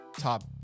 top